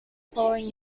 following